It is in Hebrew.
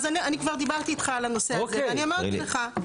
אז אני כבר דיברתי איתך על הנושא הזה ואני אמרתי לך,